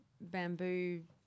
bamboo